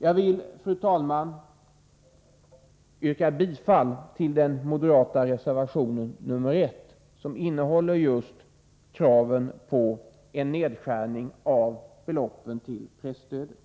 Jag vill, fru talman, yrka bifall till den moderata reservationen 1 som innehåller just krav på en nedskärning av beloppen till presstödet.